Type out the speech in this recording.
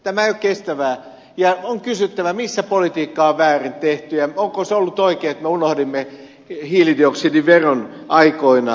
tämä ei ole kestävää ja on kysyttävä missä politiikkaa on väärin tehty ja onko se ollut oikein että me unohdimme hiilidioksidiveron aikoinaan